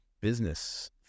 business